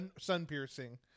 Sun-piercing